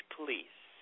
Police